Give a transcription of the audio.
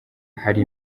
hari